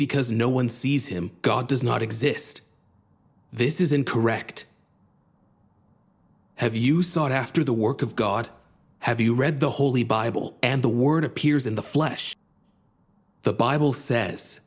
because no one sees him god does not exist this isn't correct have you sought after the work of god have you read the holy bible and the word appears in the flesh the bible says